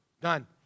Done